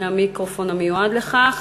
מהמיקרופון המיועד לכך.